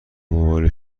موبایل